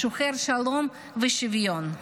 שוחר שלום ושוויון: